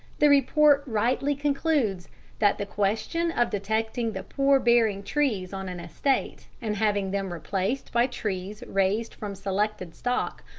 the report rightly concludes that the question of detecting the poor-bearing trees on an estate and having them replaced by trees raised from selected stock,